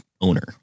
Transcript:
owner